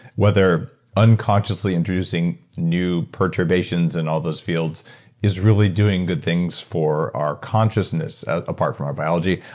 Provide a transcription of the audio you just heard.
whether unconsciously inducing new perturbations in all those fields is really doing good things for our consciousness apart from our biology.